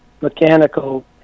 mechanical